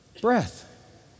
breath